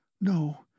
No